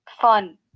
fun